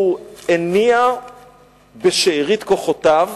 הוא הניע בשארית כוחותיו,